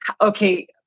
okay